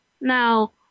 Now